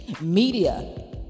media